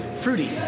Fruity